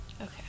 Okay